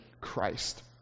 Christ